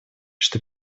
что